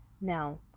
Now